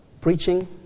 preaching